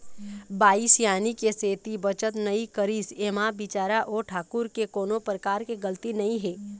बाई सियानी के सेती बचत नइ करिस ऐमा बिचारा ओ ठाकूर के कोनो परकार के गलती नइ हे